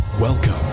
Welcome